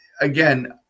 again